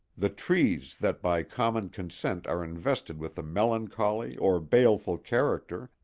the trees that by common consent are invested with a melancholy or baleful character,